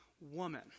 woman